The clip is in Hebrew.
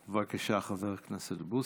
בבקשה, חבר הכנסת בוסו.